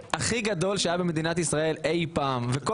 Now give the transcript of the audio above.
הפרויקט הכי גדל שהיה במדינת ישראל אי פעם וכל